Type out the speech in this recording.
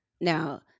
Now